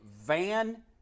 Van